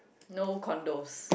no condos